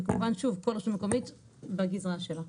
ושוב, כמובן, כל רשות מקומית בגזרה שלה.